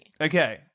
okay